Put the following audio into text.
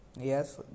Yes